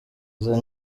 izo